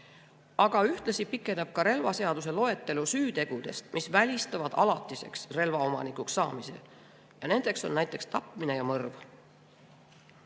Aga ühtlasi pikeneb relvaseaduse loetelu süütegudest, mis välistavad alatiseks relva omanikuks saamise, need on näiteks tapmine ja mõrv.